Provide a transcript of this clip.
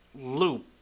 loop